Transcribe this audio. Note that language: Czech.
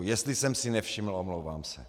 Jestli jsem si nevšiml, omlouvám se.